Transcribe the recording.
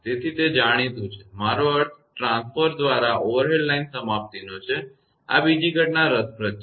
તેથી તે જાણીતું છે મારો અર્થ ટ્રાન્સફોર્મર દ્વારા ઓવરહેડ લાઇન સમાપ્તિનો છે આ બીજી ઘટના રસપ્રદ છે